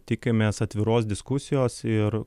tikimės atviros diskusijos ir